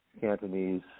Cantonese